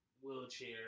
wheelchair